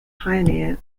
pioneer